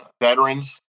veterans